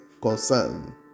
concern